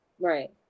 right